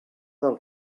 del